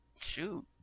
Shoot